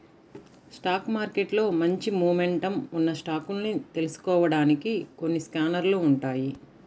stock మార్కెట్లో మంచి momentum ఉన్న స్టాకుల్ని తెలుసుకోడానికి కొన్ని స్కానర్లు ఉంటాయ్